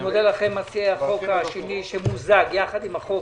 אני מודה לכם, מציעי החוק השני שמוזג עם הצעת החוק